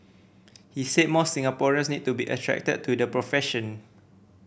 he said more Singaporeans need to be attracted to the profession